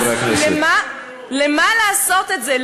אז לְמה לעשות את זה?